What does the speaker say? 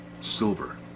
silver